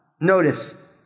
Notice